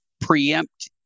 preempt